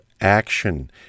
action